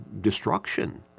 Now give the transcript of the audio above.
destruction